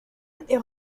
est